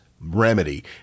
remedy